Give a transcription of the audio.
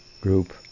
group